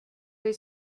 dig